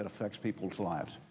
that affects people's lives